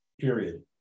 period